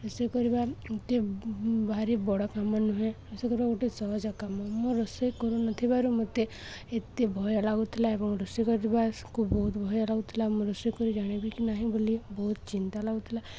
ରୋଷେଇ କରିବା ଏତେ ଭାରି ବଡ଼ କାମ ନୁହେଁ ରୋଷେଇ କରିବା ଗୋଟେ ସହଜ କାମ ମୁଁ ରୋଷେଇ କରୁନଥିବାରୁ ମୋତେ ଏତେ ଭୟ ଲାଗୁଥିଲା ଏବଂ ରୋଷେଇ କରିବାକୁ ବହୁତ ଭୟ ଲାଗୁଥିଲା ମୁଁ ରୋଷେଇ କରି ଜାଣିବି କି ନାହିଁ ବୋଲି ବହୁତ ଚିନ୍ତା ଲାଗୁଥିଲା